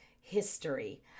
history